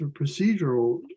procedural